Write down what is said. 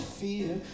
fear